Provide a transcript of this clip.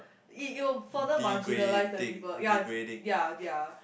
it it will further marginalise the people ya did ya their